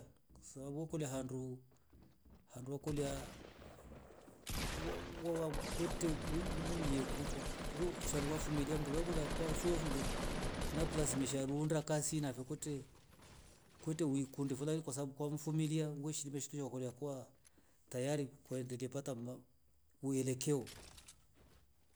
Kusavo kule handu handu wokolia wo- wowa mkwete wui- wuiyeku kwa kuro shanua fumilia mndwala kula kwa soozule nakulazimisha ruunda kazi na vikwete kwete uwi kundi vulaire kwasabu kwamfumilia nguishi nimeshtu yowa koria kwa tayari kwaendele pata ma uelekeo